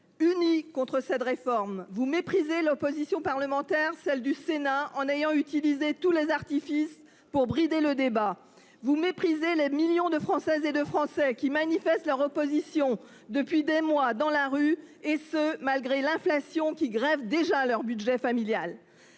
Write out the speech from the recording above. unie contre cette réforme. Vous méprisez l'opposition parlementaire, notamment au Sénat, en utilisant tous les artifices, afin de brider le débat. Vous méprisez les millions de Françaises et de Français qui manifestent leur opposition depuis des mois dans la rue, et cela malgré l'inflation qui grève le budget de leur